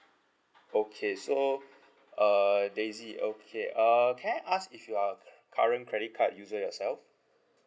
okay so uh daisy okay uh can I ask if you're a current credit card user yourself